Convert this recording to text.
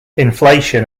inflation